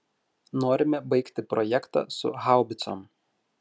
norime baigti projektą su haubicom